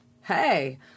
hey